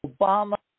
Obama